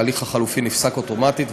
ההליך החלופי נפסק אוטומטית,